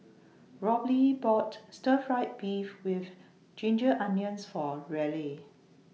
Robley bought Stir Fry Beef with Ginger Onions For Raleigh